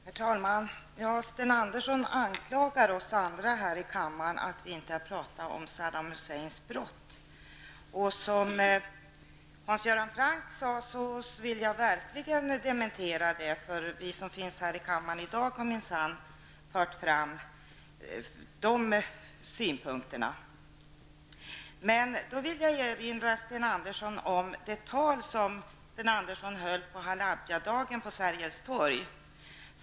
Herr talman! Sten Andersson anklagar oss andra för att inte ha pratat om Saddam Husseins brott. I likhet med Hans Göran Franck vill jag verkligen dementera det, för vi som finns här i kammaren i dag har minsann fört fram de synpunkterna. Då vill jag erinra Sten Andersson om det tal som han höll på Halabjadagen på Sergels torg.